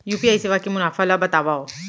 UPI सेवा के मुनाफा ल बतावव?